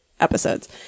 episodes